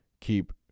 keep